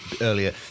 earlier